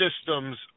system's